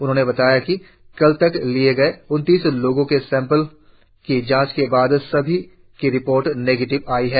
उन्होंने बताया कि कल तक लिए गए उन्तिस लोगों के सेंपल की जाँच के बाद सभी की रिपोर्ट निगेटिव आयी है